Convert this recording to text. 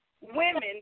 women